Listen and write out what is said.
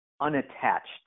unattached